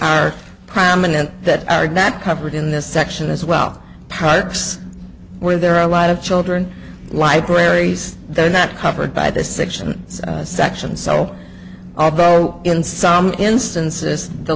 are prominent that are not covered in this section as well pipes where there are a lot of children libraries they're not covered by the section section so although in some instances the